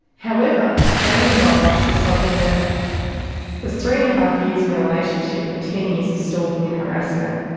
however, the family violence was something that was three and a half years in a relationship and ten years of stalking and harassment,